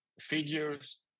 figures